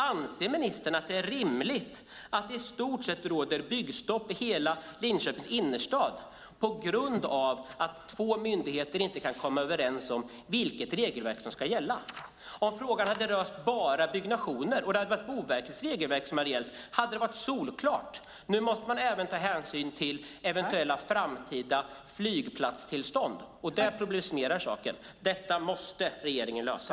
Anser ministern att det är rimligt att det i stort sett råder byggstopp i hela Linköpings innerstad på grund av att två myndigheter inte kan komma överens om vilket regelverk som ska gälla? Om frågan bara hade rört byggnationer och det hade varit Boverkets regelverk som hade gällt hade det varit solklart. Nu måste man även ta hänsyn till eventuella framtida flygplatstillstånd, och det försvårar saken. Detta måste regeringen lösa.